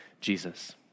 Jesus